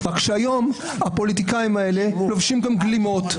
שהיום הפוליטיקאים האלה לובשים גם גלימות.